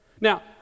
Now